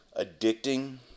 addicting